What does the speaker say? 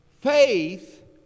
faith